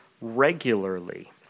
regularly